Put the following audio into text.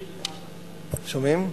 שומעים?